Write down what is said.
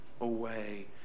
away